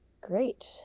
Great